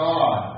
God